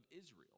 Israel